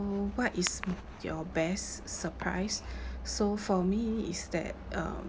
what is your best surprise so for me is that um